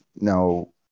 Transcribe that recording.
no